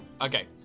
Okay